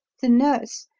the nurse,